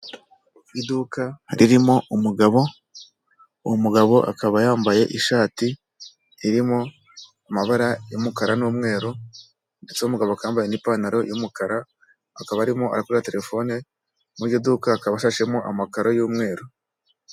Iduka ririmo umugabo, uwo mugabo akaba yambaye ishati irimo amabara y'umukara n'umweru ndetse uwo mugabo akaba yambaye n'ipantaro y'umukara, akaba arimo arakora telefone, muri iryo duka hakaba hashashemo amakaro y'umweru.